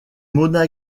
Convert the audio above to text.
mona